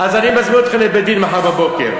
אז אני מזמין אתכם לבית-דין מחר בבוקר,